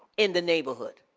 in the neighborhood.